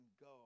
go